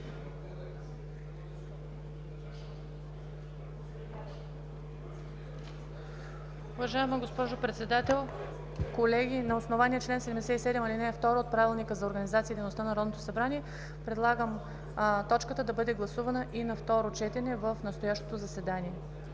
Уважаема госпожо Председател, колеги! На основание чл. 77, ал. 2 от Правилника за организацията и дейността на Народното събрание, предлагам точката да бъде гласувана и на второ четене в настоящото заседание.